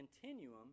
continuum